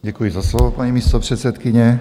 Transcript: Děkuji za slovo, paní místopředsedkyně.